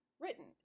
written